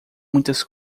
muitas